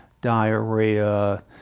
diarrhea